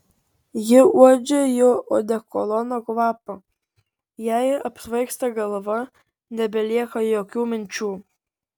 ji uodžia jo odekolono kvapą jai apsvaigsta galva nebelieka jokių minčių